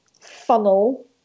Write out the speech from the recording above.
funnel